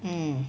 mm